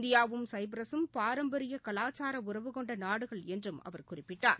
இந்தியாவும் சைப்ரசும் பாரம்பரிய கலாச்சார உறவு கொண்ட நாடுகள் என்றும் அவர் குறிப்பிட்டார்